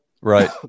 Right